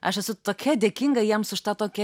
aš esu tokia dėkinga jiems už tą tokį